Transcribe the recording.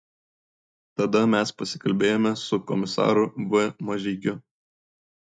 tada mes pasikalbėjome su komisaru v mažeikiu